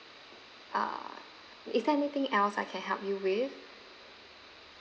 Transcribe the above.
uh is there anything else I can help you with